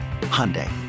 Hyundai